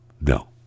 no